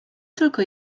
tylko